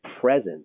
presence